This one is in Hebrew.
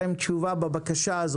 ויגידו לנו האם יש להם תשובה לבקשה הזאת.